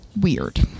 weird